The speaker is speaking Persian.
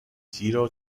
زیرا